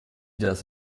das